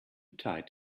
tight